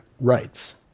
rights